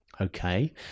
Okay